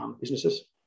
businesses